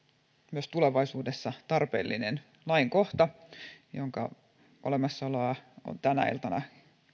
myös tulevaisuudessa tarpeellinen lainkohta jonka olemassaoloa on tänä iltana